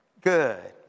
Good